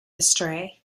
astray